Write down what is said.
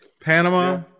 Panama